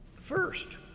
First